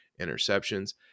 interceptions